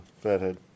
Fathead